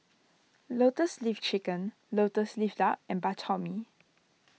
Lotus Leaf Chicken Lotus Leaf Duck and Bak Chor Mee